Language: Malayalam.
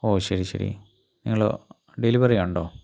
ഓ ശരി ശരി നിങ്ങൾ ഡെലിവറി ഉണ്ടോ